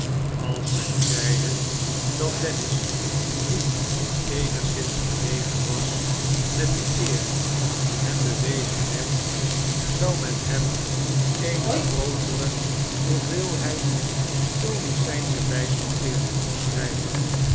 als men zeide dat dennis niet eenigszins verlegen was met de eer die hem bewezen werd zou men hem eene grootere hoeveelheid stoicijnsche wijsbegeerte toeschrijven